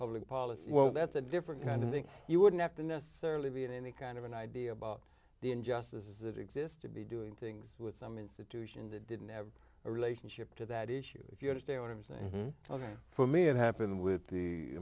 public policy well that's a different kind of thing you wouldn't have to necessarily be in any kind of an idea about the injustices that exist to be doing things with some institution that didn't have a relationship to that issue if you understand what i'm saying well for me it happened with the